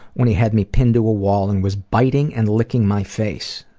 when he had me pinned to a wall and was biting and licking my face.